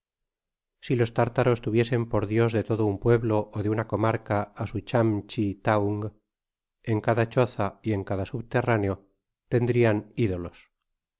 si les tártaros tuviesen por dios de todo un pueblo ó de una comarca á su